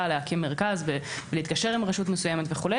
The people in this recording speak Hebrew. להקים מרכז ולהתקשר עם רשות מסוימת וכו',